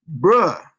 Bruh